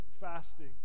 fasting